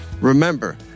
Remember